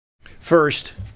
First